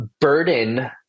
burden